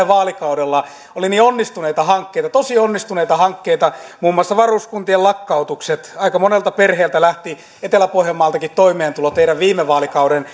vaalikaudella oli niin onnistuneita hankkeita tosi onnistuneita hankkeita muun muassa varuskuntien lakkautukset aika monelta perheeltä lähti etelä pohjanmaaltakin toimeentulo teidän viime vaalikauden